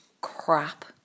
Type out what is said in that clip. crap